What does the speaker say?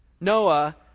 Noah